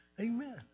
Amen